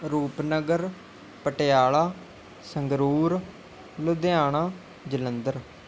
Rupnagar Patiala Sangrur Ludhiana Jalandhar